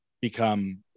become